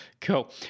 Cool